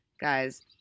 Guys